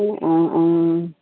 অঁ অঁ অঁ